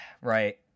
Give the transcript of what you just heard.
right